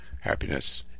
happiness